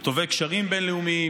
וטווה קשרים בין-לאומיים,